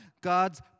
God's